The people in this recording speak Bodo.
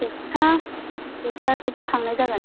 दसथा दसथासोफ्राव थांनाय जागोन